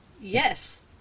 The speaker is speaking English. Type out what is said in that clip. Yes